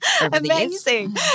Amazing